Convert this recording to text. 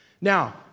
Now